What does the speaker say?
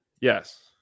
yes